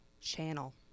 Channel